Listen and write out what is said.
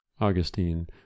augustine